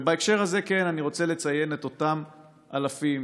ובהקשר הזה אני רוצה לציין את אותם אלפים